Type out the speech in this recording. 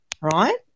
right